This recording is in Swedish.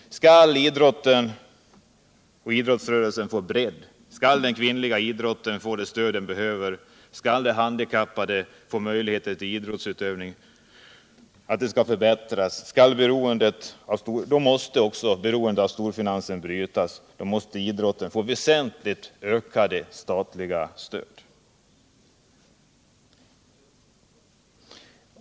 Skall idrotten och idrottsrörelsen få bredd, skall den kvinnliga idrotten få det stöd den behöver, skall de handikappades möjligheter till idrottsutövning förbättras, så måste också beroendet av storfinansen brytas. Då måste idrotten få ett väsentligt ökat statligt stöd.